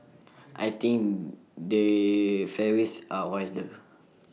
I think the fairways are wider